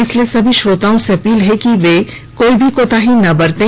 इसलिए सभी श्रोताओं से अपील है कि कोई भी कोताही ना बरतें